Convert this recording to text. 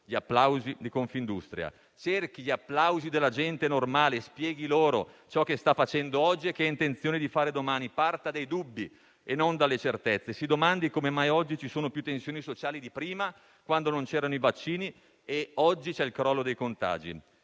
gli applausi di Confindustria. Cerchi gli applausi della gente normale; spieghi loro ciò che sta facendo oggi e che ha intenzione di fare domani. Parta dai dubbi e non dalle certezze. Si domandi come mai oggi ci sono più tensioni sociali rispetto al passato, quando non c'erano i vaccini e oggi c'è il crollo dei contagi.